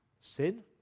Sin